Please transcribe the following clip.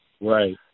Right